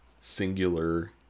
singular